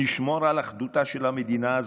נשמור על אחדותה של המדינה הזאת.